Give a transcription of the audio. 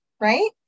right